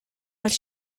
бол